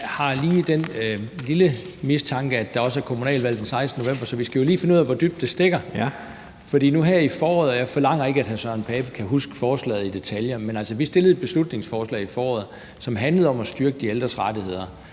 jeg har lige den lille mistanke, at det også skyldes, at der er kommunalvalg den 16. november. Så vi skal lige finde ud af, hvor dybt det stikker. Jeg forlanger ikke, at hr. Søren Pape Poulsen kan huske forslaget i detaljer, men vi fremsatte et beslutningsforslag i foråret, som handlede om at styrke de ældres rettigheder